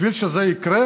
בשביל שזה יקרה